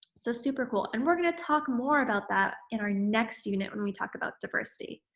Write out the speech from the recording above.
so super cool and we're going to talk more about that in our next unit when we talk about diversity.